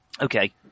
Okay